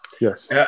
Yes